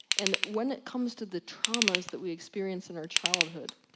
and when it comes to the traumas that we experience in our childhood,